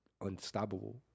unstoppable